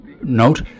note